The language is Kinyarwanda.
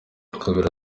kabera